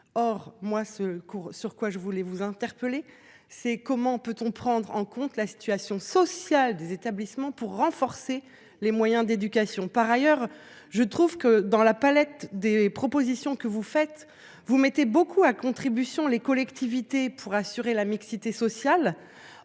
ce cours sur quoi je voulais vous interpeller, c'est comment peut-on prendre en compte la situation sociale des établissements pour renforcer les moyens d'éducation. Par ailleurs, je trouve que dans la palette des propositions que vous faites vous mettez beaucoup à contribution les collectivités pour assurer la mixité sociale.